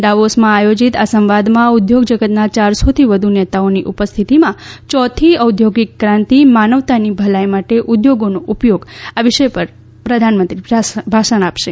ડાવોસમાં આયોજીત આ સંવાદમાં ઉદ્યોગ જગતના ચારસોથી વધુ નેતાઓની ઉપસ્થિતિમાં યોથી ઔદ્યોગિક ક્રાંતિ માનવતાની ભલાઇ માટે ઉદ્યોગોનો ઉપયોગ આ વિષય પર ભાષણ આપશે